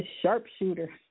sharpshooter